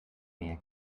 mehr